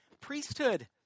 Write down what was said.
priesthood